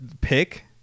pick